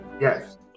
yes